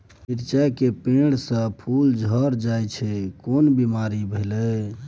मिर्चाय के पेड़ स फूल झरल जाय छै केना बीमारी भेलई?